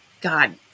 god